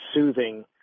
soothing